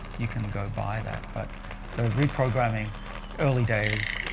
you can go buy that. but the reprogramming early days,